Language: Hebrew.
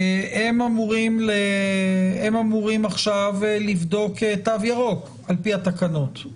הם אמורים לעכשיו לבדוק את תו ירוק על פי התקנות,